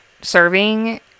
serving